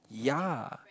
yeah